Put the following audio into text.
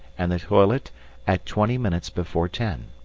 and the toilet at twenty minutes before ten.